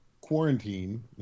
Quarantine